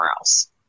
else